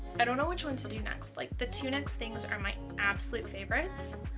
i don't know which one to do next like the to next things are my absolute favourites,